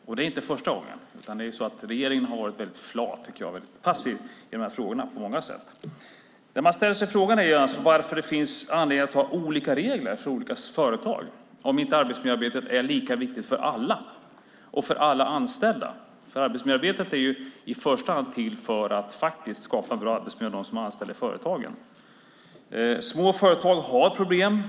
Och det är inte första gången, utan regeringen har varit väldigt flat och passiv i de här frågorna på många sätt. Den fråga man ställer sig är varför det finns anledning att ha olika regler för olika företag, om arbetsmiljöarbetet inte är lika viktigt för alla företag och för alla anställda, för arbetsmiljöarbetet är ju i första hand till för att skapa bra arbetsmiljö för dem som är anställda i företagen. Små företag har problem.